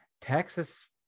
texas